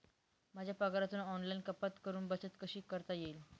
माझ्या पगारातून ऑनलाइन कपात करुन बचत कशी करता येईल?